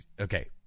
Okay